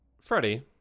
Freddie